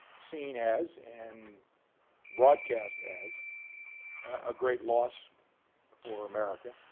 seen as and broadcast as a great loss for america